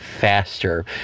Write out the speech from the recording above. faster